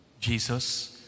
Jesus